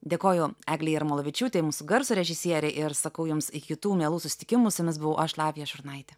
dėkoju eglei jarmalavičiūtei mūsų garso režisierei ir sakau jums iki kitų mielų susitikimų su jumis buvau aš lavija šurnaitė